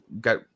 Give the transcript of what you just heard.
got